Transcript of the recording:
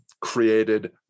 created